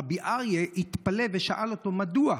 רבי אריה התפלא ושאל אותו: מדוע?